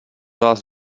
vás